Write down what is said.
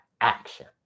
action